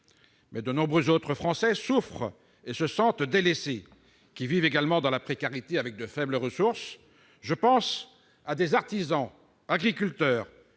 que de nombreux autres Français souffrent et se sentent délaissés. Ils vivent également dans la précarité, avec de faibles ressources ; je pense à des artisans, agriculteurs,